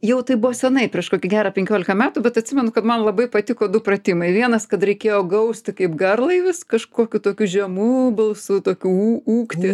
jau tai buvo senai prieš kokį gerą penkiolika metų bet atsimenu kad man labai patiko du pratimai vienas kad reikėjo gausti kaip garlaivis kažkokiu tokiu žemu balsu tokiu ū ūkti